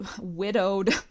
widowed